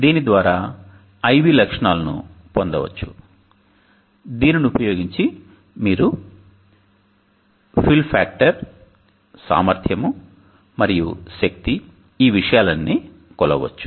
దీని ద్వారా I V లక్షణాలను పొందవచ్చు దీనిని ఉపయోగించి మీరు పూరక కారకం సామర్థ్యము మరియు శక్తి ఈ విషయాలన్నీ కొలవవచ్చు